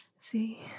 See